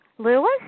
Lewis